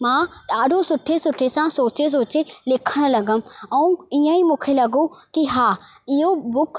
मां ॾाढो सुठे सुठे सां सोचे सोचे लिखणु लॻमि ऐं इअं ई मूंखे लॻो की हा इहो बुक